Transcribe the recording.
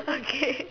okay